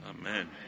Amen